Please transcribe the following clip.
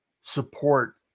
support